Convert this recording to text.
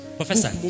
professor